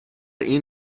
این